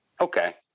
Okay